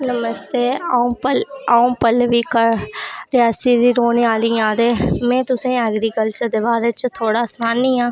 नमस्ते अ'ऊं पल्लवी रियासी दी रौंह्ने आह्ली आं ते में तुसेंई ऐगरीकलचर दे बारै च थोह्ड़ा सनान्नी आं